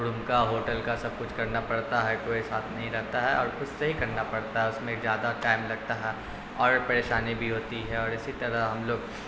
روم کا ہوٹل کا سب کچھ کرنا پڑتا ہے کوئی ساتھ نہیں رہتا ہے اور خود سے ہی کرنا پڑتا ہے اس میں زیادہ ٹائم لگتا ہے اور پریشانی بھی ہوتی ہے اور اسی طرح ہم لوگ